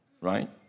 right